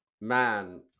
man